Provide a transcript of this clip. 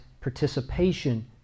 participation